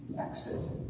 exit